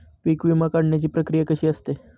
पीक विमा काढण्याची प्रक्रिया कशी असते?